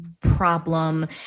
problem